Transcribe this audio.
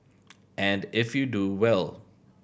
and if you do well